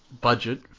Budget